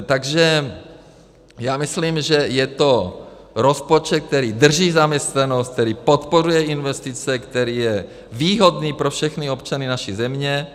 Takže já myslím, že je to rozpočet, který drží zaměstnanost, který podporuje investice, který je výhodný pro všechny občany naší země.